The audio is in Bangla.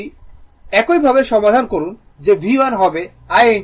সহজভাবে এটি একইভাবে সমাধান করুন যে V1 হবে I Z1